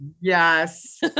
yes